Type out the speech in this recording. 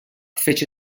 fece